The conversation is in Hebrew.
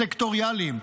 סקטוריאליים,